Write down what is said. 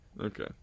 Okay